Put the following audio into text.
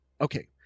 okay